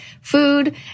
food